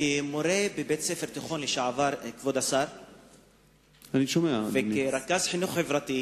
כמורה לשעבר בבית-ספר תיכון וכרכז חינוך חברתי,